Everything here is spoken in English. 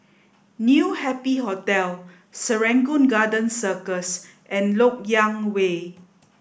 new Happy Hotel Serangoon Garden Circus and Lok Yang Way